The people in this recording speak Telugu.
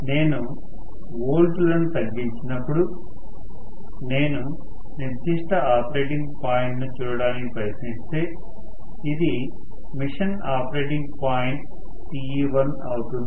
నేను వోల్ట్లను తగ్గించినప్పుడు నేను నిర్దిష్ట ఆపరేటింగ్ పాయింట్ను చూడటానికి ప్రయత్నిస్తే ఇది మిషన్ ఆపరేటింగ్ పాయింట్ Te1అవుతుంది